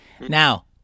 Now